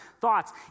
thoughts